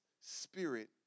spirit